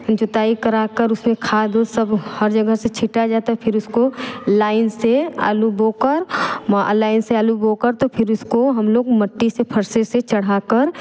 जुताई कराकर उसे खाद उद सब हर जगह से छीटा जाता फिर उसको लाइन से आलू बोकर लाइन से आलू बोकर तो फिर उसको हम लोग मिट्टी से फरसे से चढ़ाकर